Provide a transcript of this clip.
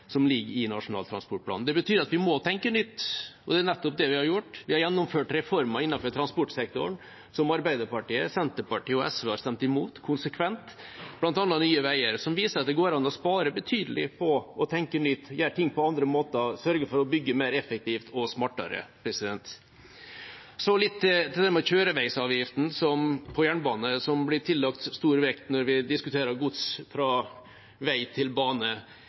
som ligger i Nasjonal transportplan. Det betyr at vi må tenke nytt. Og det er nettopp det vi har gjort. Vi har gjennomført reformer innenfor transportsektoren som Arbeiderpartiet, Senterpartiet og SV konsekvent har stemt imot, bl.a. Nye Veier, som viser at det går an å spare betydelig på å tenke nytt, gjøre ting på andre måter, sørge for å bygge mer effektivt og smartere. Litt til det med kjøreveisavgiften på jernbane, som blir tillagt stor vekt når vi diskuterer gods fra vei til bane: